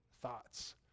Thoughts